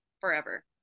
forever